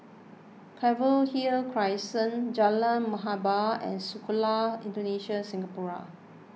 Anchorvale Crescent Jalan Muhibbah and Sekolah Indonesia Singapura